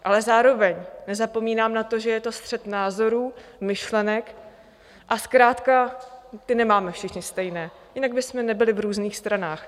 Ale zároveň nezapomínám na to, že je to střet názorů, myšlenek a zkrátka ty nemáme všichni stejné, jinak bychom nebyli v různých stranách.